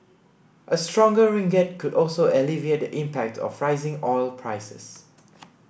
a stronger ringgit could also alleviate the impact of rising oil prices